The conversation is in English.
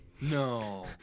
No